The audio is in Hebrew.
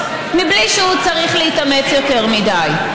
מבלי שהוא צריך להתאמץ יותר מדי.